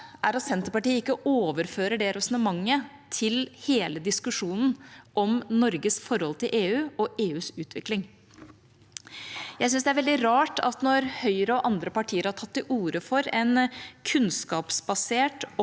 er at Senterpartiet ikke overfører det resonnementet til hele diskusjonen om Norges forhold til EU og EUs utvikling. Jeg syns det er veldig rart at når Høyre og andre partier har tatt til orde for en kunnskapsbasert,